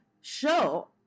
show